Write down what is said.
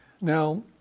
Now